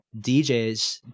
DJs